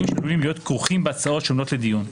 שעלולים להיות כרוכים בהצעות שעומדות לדיון.